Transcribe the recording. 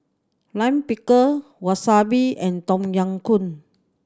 Lime Pickle Wasabi and Tom Yam Goong